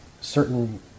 certain